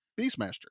Beastmaster